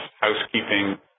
housekeeping